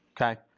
Okay